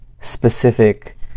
specific